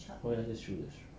oh ya that's true that's true